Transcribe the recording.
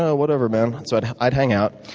whatever, man. so i'd i'd hang out.